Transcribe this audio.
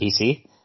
PC